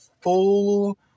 full